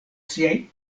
siaj